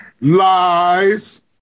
lies